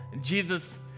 Jesus